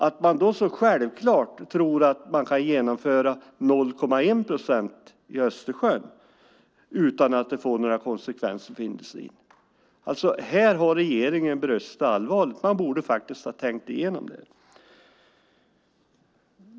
Hur kan man så självklart säga att man kan införa 0,1 procent för Östersjön utan att det får några konsekvenser för industrin? Här har regeringen brustit allvarligt. Man borde ha tänkt igenom det.